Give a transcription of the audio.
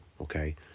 Okay